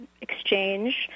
exchange